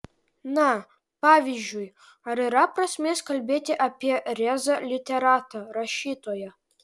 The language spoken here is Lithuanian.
na pavyzdžiui ar yra prasmės kalbėti apie rėzą literatą rašytoją